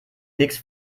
nichts